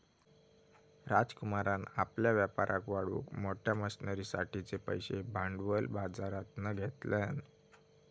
राजकुमारान आपल्या व्यापाराक वाढवूक मोठ्या मशनरींसाठिचे पैशे भांडवल बाजरातना घेतल्यान